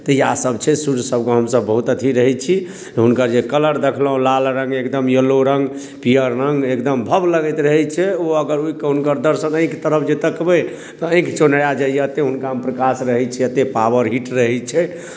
तऽ इएहसभ छै सूर्य सभके हमसभ बहुत अथी रहै छी हुनकर जे कलर देखलहुँ लाल रङ्ग एकदम येलो रङ्ग पीयर रङ्ग एकदम भव्य लगैत रहै छै ओ अगर उगि कऽ हुनकर दर्शन आँखि तरफ जे तकबै तऽ आँखि चौन्हिया जाइए एतेक हुनकामे प्रकाश रहैत छै एतेक पावर हिट रहै छै